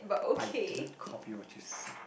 I didn't copy what you say